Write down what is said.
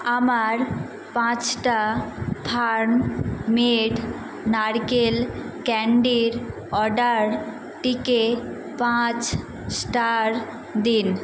আমার পাঁচটা farm made নারকেল ক্যান্ডির অর্ডারটিকে পাঁচ স্টার দিন